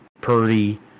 Purdy